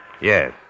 Yes